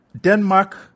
Denmark